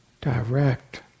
direct